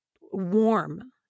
warm